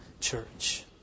church